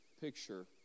picture